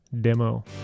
demo